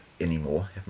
anymore